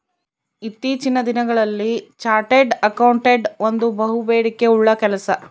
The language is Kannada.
ಇತ್ತೀಚಿನ ದಿನಗಳಲ್ಲಿ ಚಾರ್ಟೆಡ್ ಅಕೌಂಟೆಂಟ್ ಒಂದು ಬಹುಬೇಡಿಕೆ ಉಳ್ಳ ಕೆಲಸ